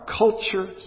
culture